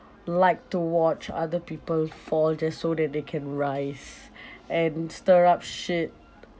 like to watch other people fall just so that they can rise and stir up shit